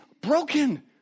broken